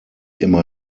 immer